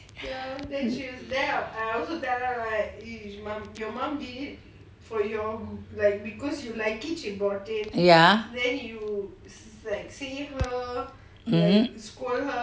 ya mm mmhmm